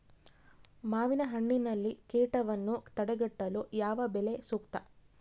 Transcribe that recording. ಮಾವಿನಹಣ್ಣಿನಲ್ಲಿ ಕೇಟವನ್ನು ತಡೆಗಟ್ಟಲು ಯಾವ ಬಲೆ ಸೂಕ್ತ?